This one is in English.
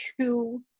two